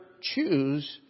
choose